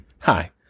Hi